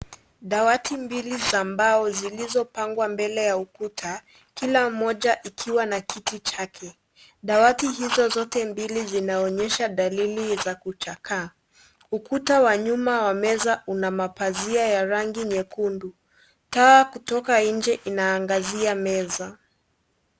Dawati mbili za mbao zilizopangwa mbele ya ukuta. Kila mmoja ikiwa na kiti chake. Dawati hizo zote mbili zinaonyesha dalili za kuchakaa, ukuta wa nyuma wa meza Una mapazia ya rangi nyekundu . Taa kutoka nje inaangazia meza.